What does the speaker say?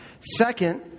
Second